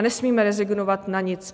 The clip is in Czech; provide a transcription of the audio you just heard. Nesmíme rezignovat na nic.